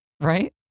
right